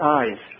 eyes